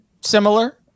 similar